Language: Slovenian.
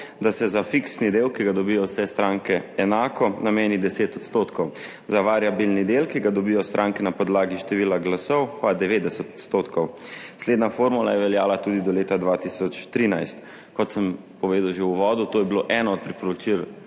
da se za fiksni del, ki ga dobijo vse stranke enako, nameni 10 %, za variabilni del, ki ga dobijo stranke na podlagi števila glasov, pa 90 %. Slednja formula je veljala tudi do leta 2013. Kot sem povedal že v uvodu, to je bilo eno od priporočil,